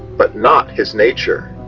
but not his nature'.